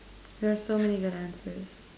there's so many good answers